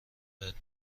بهت